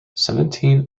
seventeen